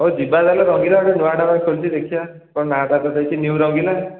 ହେଉ ଯିବା ତା'ହେଲେ ରଙ୍ଗିଲା ନୂଆ ଢାବା ଖୋଲିଛି ଦେଖିବା କ'ଣ ନାଁ ଟ ତ ଦେଇଛି ନିୟୁ ରଙ୍ଗିଲା